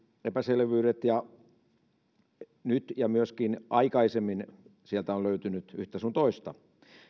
epäselvyydet nyt ja myöskin aikaisemmin sieltä on löytynyt yhtä sun toista